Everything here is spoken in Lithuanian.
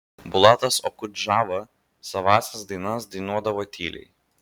bulatas okudžava savąsias dainas dainuodavo tyliai